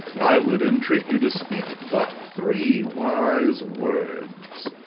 i would entreat you to speak but three wise words.